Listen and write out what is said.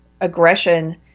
aggression